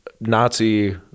Nazi